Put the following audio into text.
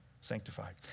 sanctified